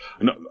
No